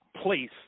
place